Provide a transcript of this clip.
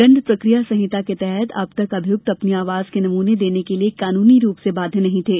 दण्ड प्रक्रिया संहिता के तहत अब तक अभियुक्त अपनी आवाज के नमूने देने के लिए कानूनी रूप से बाध्य नहीं थे